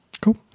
Cool